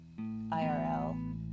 IRL